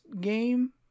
game